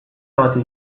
bati